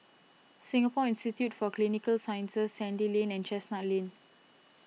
Singapore Institute for Clinical Sciences Sandy Lane and Chestnut Lane